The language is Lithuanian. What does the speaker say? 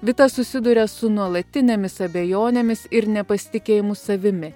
vita susiduria su nuolatinėmis abejonėmis ir nepasitikėjimu savimi